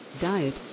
diet